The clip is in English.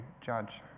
judge